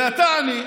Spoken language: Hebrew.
ואתה, העני,